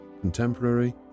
contemporary